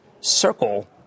circle